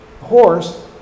horse